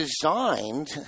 designed